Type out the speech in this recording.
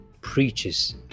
preaches